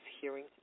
hearing